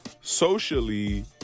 socially